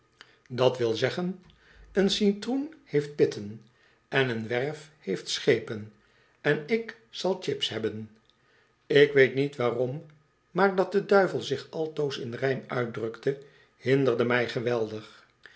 d w z een citroen heoft pitten en een werf heeft schopen en ik zal chips hebben ik weet niet waarom maar dat de duivel zich altoos in rym uitdrukte hinderde mij geweldig